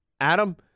Adam